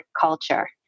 culture